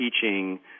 teaching